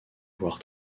voire